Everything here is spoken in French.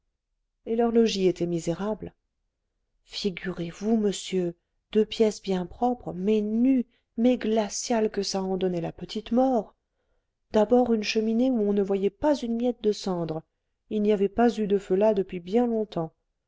et leur logis était misérable figurez-vous monsieur deux pièces bien propres mais nues mais glaciales que ça en donnait la petite mort d'abord une cheminée où on ne voyait pas une miette de cendre il n'y avait pas eu de feu là depuis bien longtemps